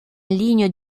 ligne